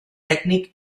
tècnic